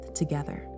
together